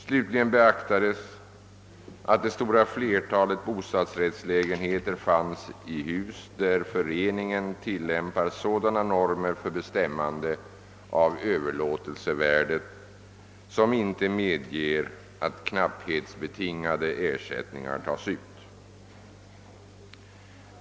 Slutligen beaktades att det stora flertalet bostadsrättslägenheter fanns i hus där föreningen tillämpar sådana normer för bestämmande av Ööverlåtelsevärdet som inte medger att knapphetsbetingade ersättningar tas ut.